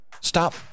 Stop